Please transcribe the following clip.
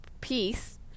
peace